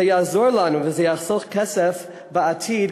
זה יעזור לנו וזה יחסוך כסף בעתיד,